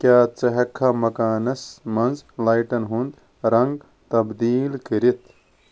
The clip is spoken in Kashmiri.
کیاہ ژٕ ہیککھا مکانس منز لایٹَن ہُنٛد رنٛگ تبدیل کٔرِتھ